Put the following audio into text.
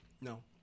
No